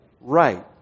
Right